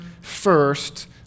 first